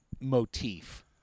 motif